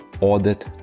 audit